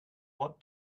what